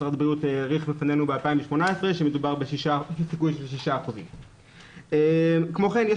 משרד הבריאות העריך בפנינו ב-2018 שמדובר בסיכוי של 6%. כמו כן יש